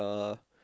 uh